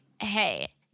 hey